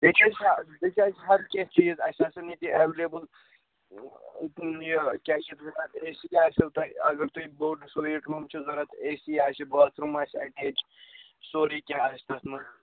ییٚتہِ چھَنہٕ سۄ ییٚتہِ آسہِ ہر کیٚنٛہہ چیٖز اَسہِ آسان ییٚتہِ ایٚولِیبُل یہِ کیٛاہ چھِ اَتھ ونان اَے سی تہِ آسیو تۅہہِ اَگر تۅہہِ بوٚڈ سُویٖٹ روٗم چھُو ضروٗرت اَے سی آسہِ باتھ روٗم آسہِ اٮ۪ٹیچ سورُے کیٚنٛہہ آسہِ تتھ منٛز